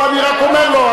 אני רק אומר לו,